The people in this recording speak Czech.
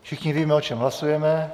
Všichni víme, o čem hlasujeme.